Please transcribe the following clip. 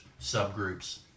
subgroups